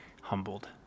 humbled